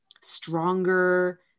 stronger